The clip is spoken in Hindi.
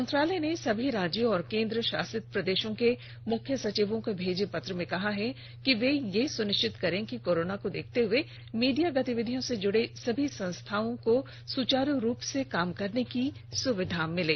मंत्रालय ने सभी राज्यों और केन्द्रशासित प्रदेशों के मुख्य सचिवों को भेजे पत्र में कहा है कि वे यह सुनिश्चित करें कि कोरोना को देखते हुए मीडिया गतिविधियों से जुड़ी सभी संस्थाओं को सुचारू रूप से काम करने की सुविधा मिले